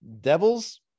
Devils